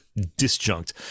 disjunct